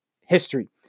history